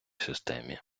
системі